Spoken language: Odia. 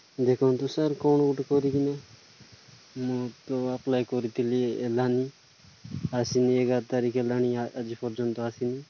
ଦେଖନ୍ତୁ ସାର୍ କ'ଣ ଗୋଟେ କରିକିନା ମୁଁ ତ ଆପ୍ଲାଏ କରିଥିଲି ହେଲାନି ଆସିନି ଏଗାର ତାରିଖ ହେଲାଣି ଆଜି ପର୍ଯ୍ୟନ୍ତ ଆସିନି